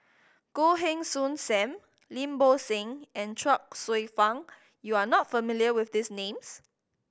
Goh Heng Soon Sam Lim Bo Seng and Chuang Hsueh Fang you are not familiar with these names